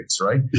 right